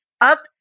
up